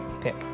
Pick